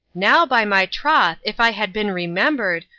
now, by my troth, if i had been remember'd,